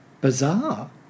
bizarre